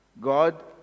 God